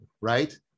right